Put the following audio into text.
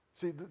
See